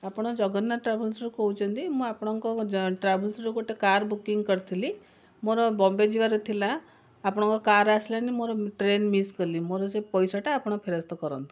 ଆପଣ ଜଗନ୍ନାଥ ଟ୍ରାଭେଲସ୍ରୁ କହୁଛନ୍ତି ମୁଁ ଆପଣଙ୍କ ଯ ଟ୍ରାଭେଲସ୍ରୁ ଗୋଟେ କାର୍ ବୁକିଂ କରିଥିଲି ମୋର ବମ୍ବେ ଯିବାର ଥିଲା ଆପଣଙ୍କ କାର୍ ଆସିଲାନି ମୋର ଟ୍ରେନ୍ ମିସ୍ କଲି ମୋର ସେ ପଇସାଟା ଆପଣ ଫେରସ୍ତ କରନ୍ତୁ